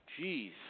Jeez